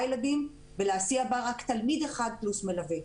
ילדים ולהסיע בה רק תלמיד אחד פלוס מלווה.